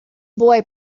boy